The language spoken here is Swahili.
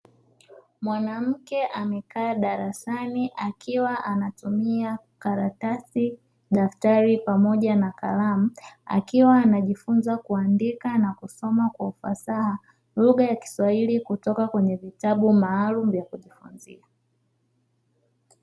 Mwanamke amekaa darasani akiwa anatumia karatasi, daftari, pamoja na kalamu. Akiwa anajifunza kuandika na kusoma kwa ufasaha, lugha ya kiswahili kutoka kwenye vitabu maalumu vya kujifunzia.